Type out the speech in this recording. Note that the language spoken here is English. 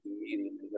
immediately